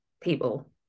people